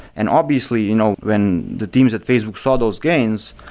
and obviously, you know when the teams at facebook saw those gains,